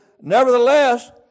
nevertheless